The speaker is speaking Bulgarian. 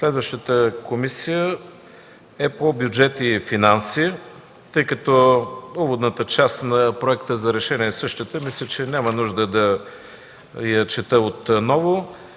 Следващата Комисия е по бюджет и финанси. Тъй като уводната част на проекта за решение е същата, мисля че няма нужда да я чета отново.